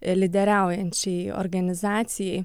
lyderiaujančiai organizacijai